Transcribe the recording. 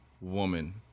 woman